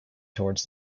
towards